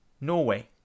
Norway